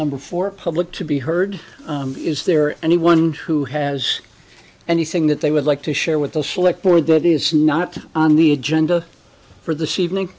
number for public to be heard is there anyone who has anything that they would like to share with the select board that is not on the agenda for the schevening